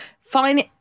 Fine